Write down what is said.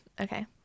okay